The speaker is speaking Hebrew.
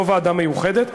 לא ועדה מיוחדת,